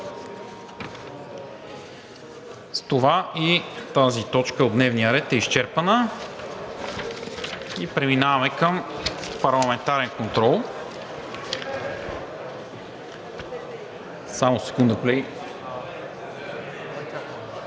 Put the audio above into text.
С това и тази точка от дневния ред е изчерпана. Преминаваме към парламентарен контрол. Уважаеми колеги,